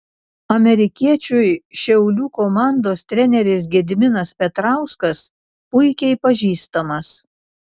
amerikiečiui šiaulių komandos treneris gediminas petrauskas puikiai pažįstamas